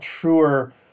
truer